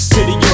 City